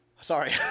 Sorry